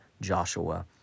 Joshua